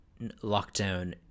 lockdown